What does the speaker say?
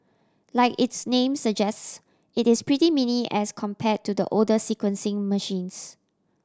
like its name suggests it is pretty mini as compared to the older sequencing machines